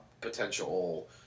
potential